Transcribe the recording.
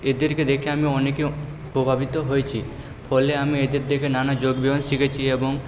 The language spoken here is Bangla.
এদেরকে দেখে আমি অনেকেই প্রভাবিত হয়েছি ফলে আমি এদের থেকে নানা যোগব্যায়াম শিখেছি এবং